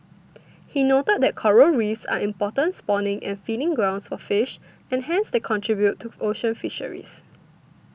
he noted that coral Reefs are important spawning and feeding grounds for fish and hence they contribute to ocean fisheries